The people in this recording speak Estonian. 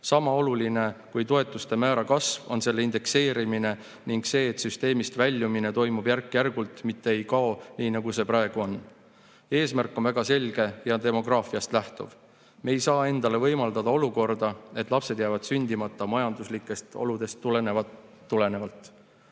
Sama oluline kui toetuste määra kasv on selle indekseerimine ning see, et süsteemist väljumine toimub järk-järgult, mitte [toetus] ei kao, nii nagu see praegu on. Eesmärk on väga selge ja demograafiast lähtuv. Me ei saa endale võimaldada olukorda, et lapsed jäävad sündimata majanduslikest oludest tulenevalt.